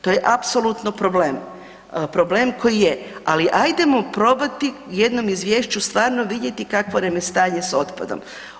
To je apsolutno problem problem koji je, ali ajdemo probati u jednom izvješću stvarno vidjeti kakvo nam je stanje s otpadom.